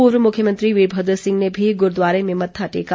पूर्व मुख्यमंत्री वीरभद्र सिंह ने भी गुरूद्वारे में मत्था टेका